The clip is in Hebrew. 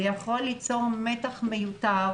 זה יכול ליצור מתח מיותר.